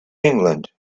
england